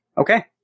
Okay